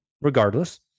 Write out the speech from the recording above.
regardless